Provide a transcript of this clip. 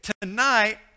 tonight